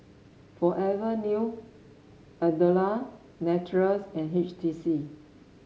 Forever New Andalou Naturals and H T C